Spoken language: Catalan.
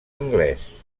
anglès